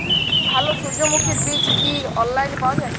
ভালো সূর্যমুখির বীজ কি অনলাইনে পাওয়া যায়?